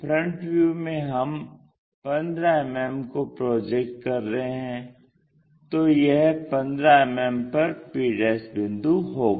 front view में हम 15 मिमी को प्रोजेक्ट कर रहे हैं तो यह 15 मिमी पर p बिंदु होगा